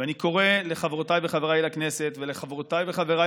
אני קורא לחברותיי ולחבריי לכנסת ולחברותיי ולחבריי